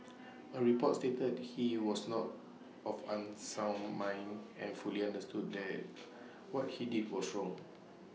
A report stated he was not of unsound mind and fully understood that what he did was wrong